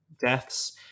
deaths